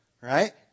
right